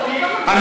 סגן שר האוצר,